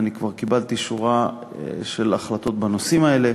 ואני כבר קיבלתי שורה של החלטות בנושאים האלה.